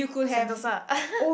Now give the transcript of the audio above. sentosa